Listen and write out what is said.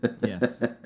Yes